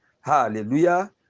Hallelujah